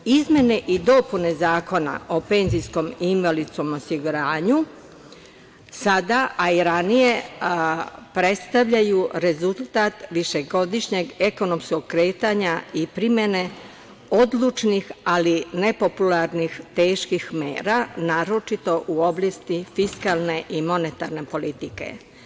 Izmene i dopune Zakona o PIO sada, a i ranije, predstavljaju rezultat višegodišnjeg ekonomskog kretanja i primene odlučni, ali nepopularnih, teških mera, naročito u oblasti fiskalne i monetarne politike.